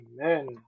Amen